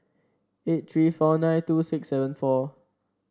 eight three four nine two six seven four